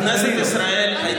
כנסת ישראל,